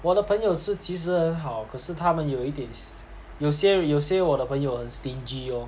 我的朋友是其实很好可是他们有一点有些有些我的朋友很 stingy lor